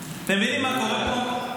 אתם מבינים מה קורה פה?